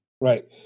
Right